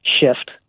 shift